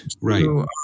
right